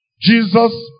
Jesus